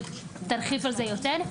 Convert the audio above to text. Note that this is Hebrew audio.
שתרחיב על זה יותר.